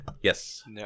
Yes